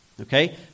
Okay